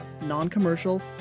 non-commercial